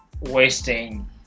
wasting